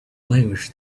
language